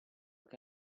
che